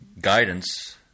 guidance